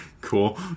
Cool